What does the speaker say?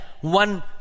one